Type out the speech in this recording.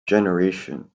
generation